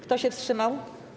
Kto się wstrzymał?